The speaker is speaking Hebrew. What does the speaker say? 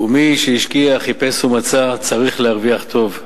מי שהשקיע, חיפש ומצא, צריך להרוויח טוב,